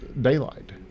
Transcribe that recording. daylight